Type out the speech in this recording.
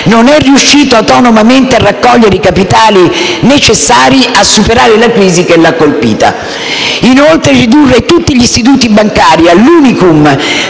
non è riuscita autonomamente a raccogliere i capitali necessari a superare la crisi che l'ha colpita. Inoltre, ridurre tutti gli istituti bancari all'*unicum*